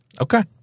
okay